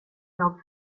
jobb